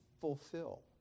fulfill